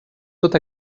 tot